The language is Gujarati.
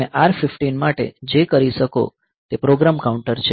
તમે R 15 માટે જે કરી શકો તે પ્રોગ્રામ કાઉન્ટર છે